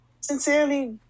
sincerely